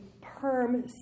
perm